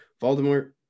Voldemort